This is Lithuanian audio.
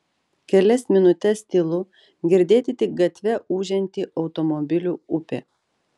kelias minutes tylu girdėti tik gatve ūžianti automobilių upė